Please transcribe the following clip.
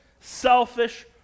selfish